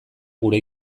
gure